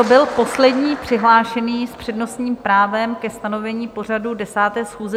To byl poslední přihlášený s přednostním právem ke stanovení pořadu 10. schůze.